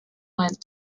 went